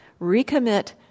recommit